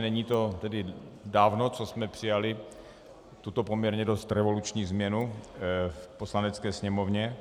Není to tedy dávno, co jsme přijali tuto poměrně dost revoluční změnu v Poslanecké sněmovně.